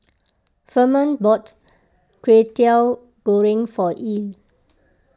Furman bought Kwetiau Goreng for Ely